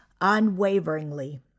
unwaveringly